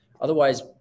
Otherwise